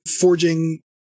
Forging